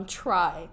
try